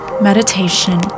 meditation